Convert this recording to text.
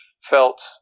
felt